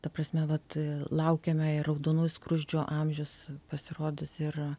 ta prasme vat laukiame ir raudonųjų skruzdžių amžius pasirodys ir